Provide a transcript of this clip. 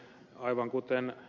aivan kuten ed